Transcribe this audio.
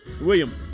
William